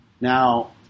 Now